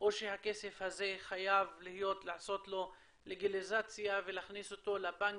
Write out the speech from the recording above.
או שלכסף הזה חייבים לעשות לגליזציה ולהכניס אותו לבנקים?